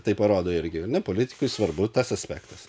tai parodo irgi ar ne politikui svarbu tas aspektas